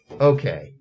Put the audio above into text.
okay